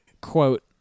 Quote